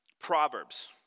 Proverbs